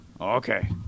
Okay